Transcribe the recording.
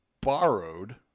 borrowed